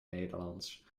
nederlands